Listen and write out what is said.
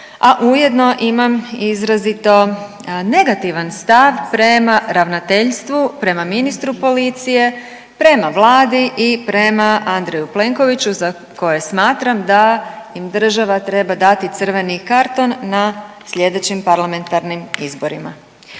a ujedno imam izrazito negativan stav prema Ravnateljstvu, prema ministru policije, prema Vladi i prema Andreju Plenkoviću za koje smatram da im država treba dati crveni karton na slijedećim parlamentarnim izborima.